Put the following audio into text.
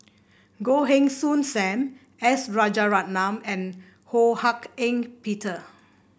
Goh Heng Soon Sam S Rajaratnam and Ho Hak Ean Peter